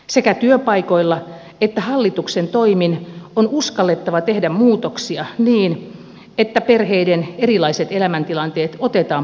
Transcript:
sekä työpaikoilla että hallituksen toimin on uskallettava tehdä muutoksia niin että perheiden erilaiset elämäntilanteet otetaan paremmin huomioon